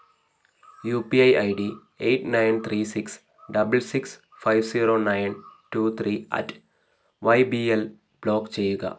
U P I I D eight nine three six double six five zero nine two three at Y B L ചെയ്യുക